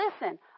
Listen